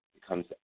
becomes